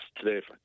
today